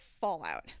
Fallout